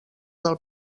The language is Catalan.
del